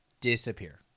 disappear